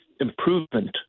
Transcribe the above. improvement